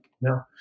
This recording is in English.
No